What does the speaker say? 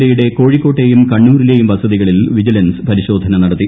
എയുടെ കോഴിക്കോട്ടെയും കണ്ണൂരിലെയും വസതികളിൽ വിജിലൻസ് പരിശോധന നടത്തി